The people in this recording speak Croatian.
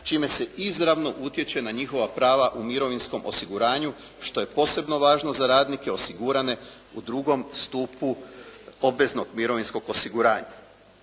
čime se izravno utječe na njihova prava u mirovinskom osiguranju što je posebno važno za radnike osigurane u drugom stupu obveznog mirovinskog osiguranja.